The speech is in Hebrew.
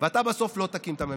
ואתה בסוף לא תקים את הממשלה,